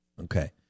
Okay